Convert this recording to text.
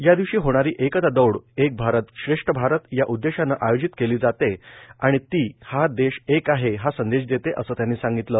यादिवशी होणारी एकता दौड एक भारत श्रेष्ठ भारत या उद्देशानं आयोजित केली जाते आणि ती हा देश एक आहे असा संदेश देते असं त्यांनी सांगितलं